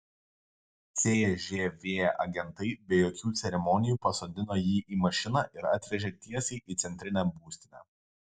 cžv agentai be jokių ceremonijų pasodino jį į mašiną ir atvežė tiesiai į centrinę būstinę